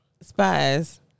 spies